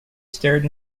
stared